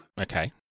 Okay